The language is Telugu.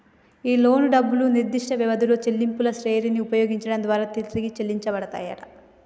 ఈ లోను డబ్బులు నిర్దిష్ట వ్యవధిలో చెల్లింపుల శ్రెరిని ఉపయోగించడం దారా తిరిగి చెల్లించబడతాయంట